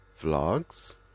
vlogs